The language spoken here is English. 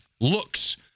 looks